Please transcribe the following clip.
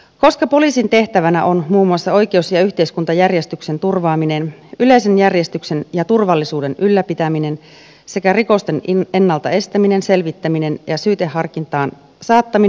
koska poliisin tehtävänä on muun muassa oikeus ja yhteiskuntajärjestyksen turvaaminen yleisen järjestyksen ja turvallisuuden ylläpitäminen sekä rikosten ennalta estäminen selvittäminen ja syyteharkintaan saddamin